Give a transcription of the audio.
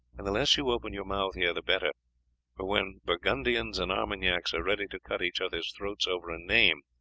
and the less you open your mouth here the better for when burgundians and armagnacs are ready to cut each other's throats over a name,